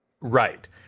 right